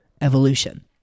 evolution